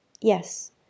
yes